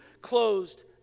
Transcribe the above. closed